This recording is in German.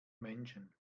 menschen